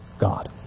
God